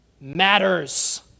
matters